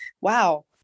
wow